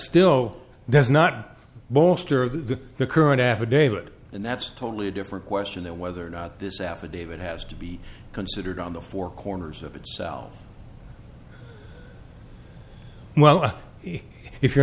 still does not bolster the the current affidavit and that's totally different question than whether or not this affidavit has to be considered on the four corners of itself well if you're